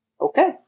Okay